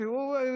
חותמת בג"ץ?